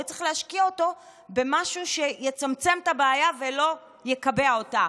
וצריך להשקיע אותו במשהו שיצמצם את הבעיה ולא יקבע אותה.